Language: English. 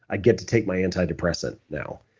i get to take my antidepressant now.